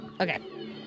Okay